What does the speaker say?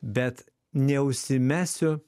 bet neužsimesiu